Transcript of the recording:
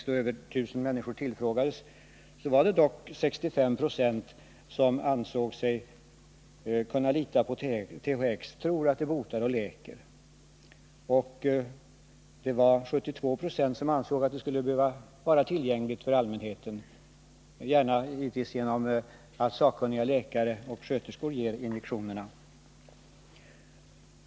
Av de över 1 000 människor som då tillfrågades var det dock 65 96 som ansåg sig kunna lita på att THX botar och läker, och 72 9 ansåg att preparatet skulle behöva vara tillgängligt för allmänheten, gärna — givetvis — genom att sakkunniga läkare och sköterskor kunde ge injektionerna.